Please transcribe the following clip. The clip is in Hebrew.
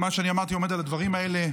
מה שאני אמרתי עומד על הדברים האלה.